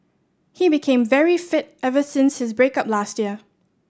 he became very fit ever since his break up last year